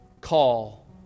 call